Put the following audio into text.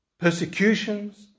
persecutions